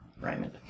Raymond